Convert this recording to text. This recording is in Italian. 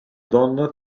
donna